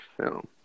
film